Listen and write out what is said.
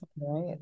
right